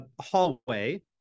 hallway